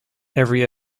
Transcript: every